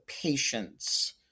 patience